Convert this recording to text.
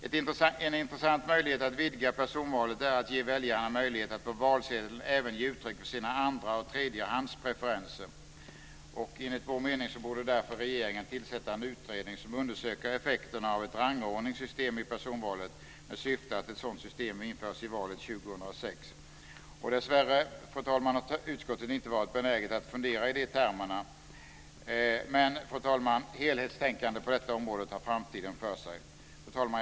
Ett intressant sätt att vidga personvalet är att ge väljaren möjlighet att på valsedeln även ge uttryck för sina andra och tredjehandspreferenser. Enligt vår mening borde därför regeringen tillsätta en utredning som undersöker effekterna av ett rangordningssystem i personvalet, med syftet att ett sådant system införs till valet 2006. Dessvärre, fru talman, har utskottet inte varit benäget att fundera i de termerna, men ett helhetstänkande på detta området har framtiden för sig. Fru talman!